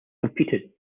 competed